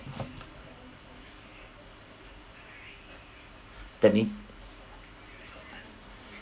that means